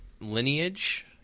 lineage